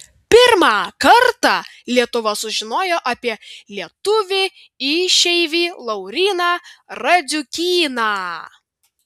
pirmą kartą lietuva sužinojo apie lietuvį išeivį lauryną radziukyną